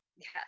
Yes